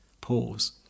pause